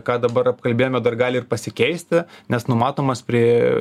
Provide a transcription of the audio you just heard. ką dabar apkalbėjome dar gali ir pasikeisti nes numatomas prie